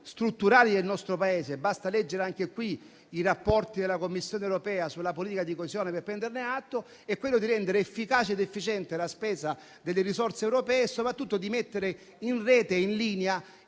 strutturali del nostro Paese (basta leggere anche qui i rapporti della Commissione europea sulla politica di coesione per prenderne atto) è quello di rendere efficace ed efficiente la spesa delle risorse europee e, soprattutto, di mettere in rete e in linea